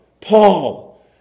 Paul